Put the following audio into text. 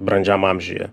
brandžiam amžiuje